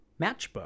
matchbook